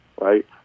right